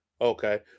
Okay